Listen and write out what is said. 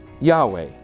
Yahweh